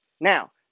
Now